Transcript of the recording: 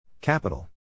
Capital